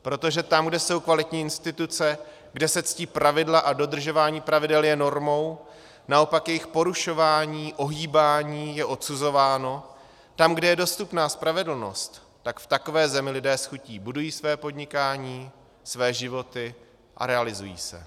Protože tam, kde jsou kvalitní instituce, kde se ctí pravidla a dodržování pravidel je normou a naopak jejich porušování, ohýbání, je odsuzováno, tam, kde je dostupná spravedlnost, tak v takové zemi lidé s chutí budují své podnikání, své životy a realizují se.